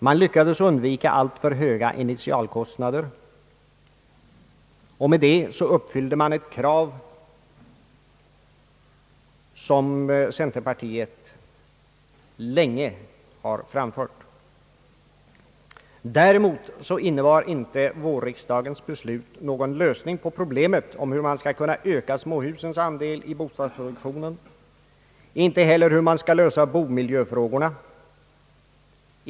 Man lyckades undvika alltför höga initialkostnader, och därmed uppfylldes ett krav som centerpartiet länge har framfört. Däremot innebar inte vårriksdagens beslut någon lösning på problemet om hur man skall kunna öka småhusens andel i bostadsproduktionen och inte heller hur man skall lösa bomiljöfrågorna.